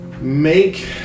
make